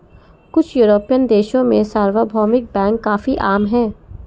कुछ युरोपियन देशों में सार्वभौमिक बैंक काफी आम हैं